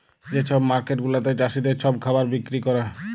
যে ছব মার্কেট গুলাতে চাষীদের ছব খাবার বিক্কিরি ক্যরে